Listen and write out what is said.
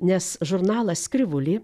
nes žurnalas krivulė